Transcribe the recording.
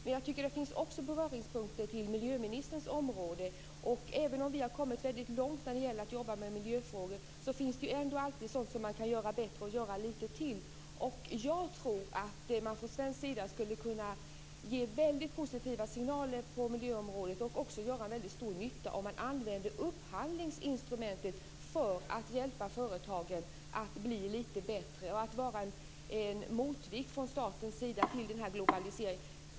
Men jag tycker också att det finns beröringspunkter till miljöministerns område. Även om vi har kommit väldigt långt när det gäller att jobba med miljöfrågor så finns det ju ändå alltid sådant som man kan göra bättre och göra lite till. Jag tror att man från svensk sida skulle kunna ge väldigt positiva signaler på miljöområdet och också göra väldigt stor nytta om man använde upphandlingsinstrumentet för att hjälpa företagen att bli lite bättre och att vara en motvikt från statens sida till den här globaliseringen.